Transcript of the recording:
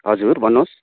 हजुर भन्नुहोस्